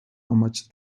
amaçlı